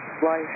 fly